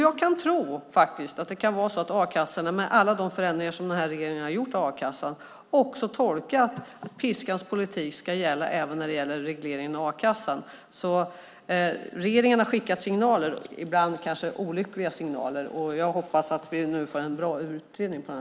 Jag tror att a-kassorna med alla de förändringar som regeringen har gjort i a-kassan också tolkar att piskans politik ska gälla även regleringen av a-kassan. Regeringen har skickat signaler - ibland olyckliga signaler - och jag hoppas att vi nu får en bra utredning i frågan.